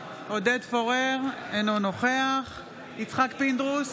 אינו נוכח יצחק פינדרוס,